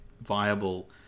viable